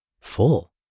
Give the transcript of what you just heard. full